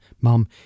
Mom